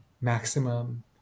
maximum